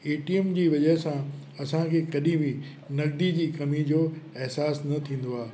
ATM जी वजह सां असांखे कॾहिं बि नगिदी जी कमी जो अहसास न थींदो आहे